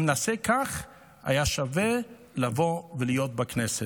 אם נעשה כך, היה שווה לבוא ולהיות בכנסת.